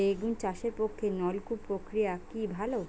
বেগুন চাষের পক্ষে নলকূপ প্রক্রিয়া কি ভালো?